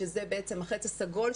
שזה בעצם החץ הסגול,